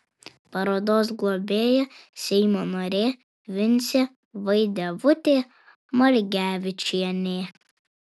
parodos globėja seimo narė vincė vaidevutė margevičienė